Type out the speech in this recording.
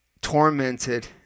tormented